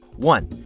one.